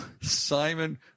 Simon